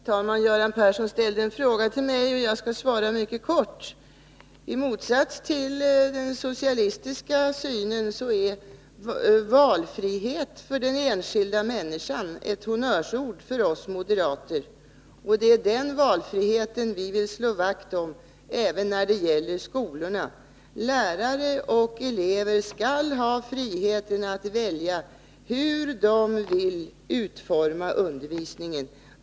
Herr talman! Göran Persson ställde en fråga till mig, och jag skall svara mycket kort. I motsats till den socialistiska synen är valfrihet för den enskilda människan ett honnörsord för oss moderater. Det är den valfriheten vi vill slå vakt om även när det gäller skolorna. Lärare och elever skall ha frihet att välja hur de vill utforma undervisningen.